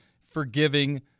forgiving